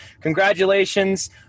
Congratulations